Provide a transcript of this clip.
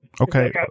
Okay